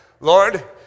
Lord